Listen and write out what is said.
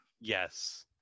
Yes